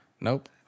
Nope